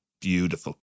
Beautiful